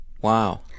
wow